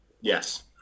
Yes